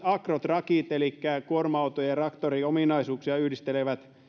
agrotraceja elikkä kuorma auton ja traktorin ominaisuuksia yhdisteleviä